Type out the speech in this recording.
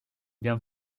bien